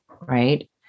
Right